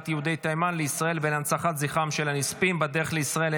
יהודי תימן לישראל ולהנצחת זכרם של הנספים בדרך לישראל,